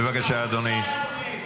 בבקשה, אדוני.